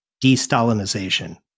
de-Stalinization